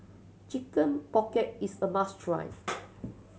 Chicken Pocket is a must try